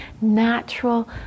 natural